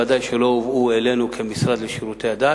ודאי שהן לא הובאו אלינו כמשרד לשירותי הדת.